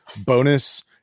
bonus